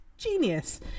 genius